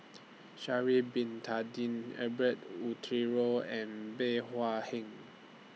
Sha'Ari Bin Tadin Herbert Eleuterio and Bey Hua Heng